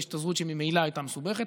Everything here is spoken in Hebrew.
ההשתזרות שממילא הייתה מסובכת.